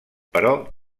però